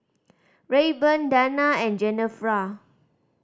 Rayburn Dana and Genevra